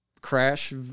Crash